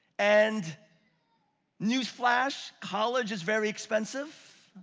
and newsflash, college is very expensive.